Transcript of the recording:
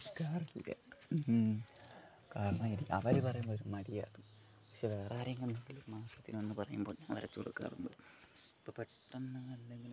കാരണം ഒന്നുമില്ല കാരണം അവര് പറയുമ്പോൾ ഒരുമാതിരി ആവും പക്ഷെ വേറാരെങ്കിലും എന്തെങ്കിലും ആവശ്യത്തിന് വന്ന് പറയുമ്പോൾ ഞാൻ വരച്ചുകൊടുക്കാറുണ്ട് ഇപ്പോൾ പെട്ടെന്ന് അല്ലെങ്കിൽ